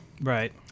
Right